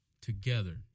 Together